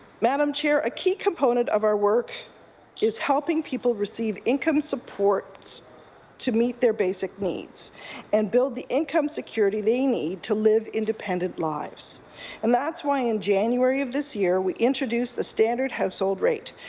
madam chair, a key component of our work is helping people receive income support to meet their basic needs and build the income security they need to live independent lives and that's why in january of this year, we introduced the standard household rate,